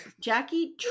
Jackie